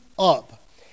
up